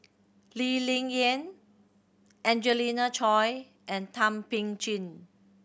Lee Ling Yen Angelina Choy and Thum Ping Tjin